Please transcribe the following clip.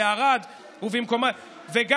בערד ובמקומות אחרים,